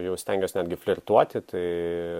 jau stengiuos netgi flirtuoti tai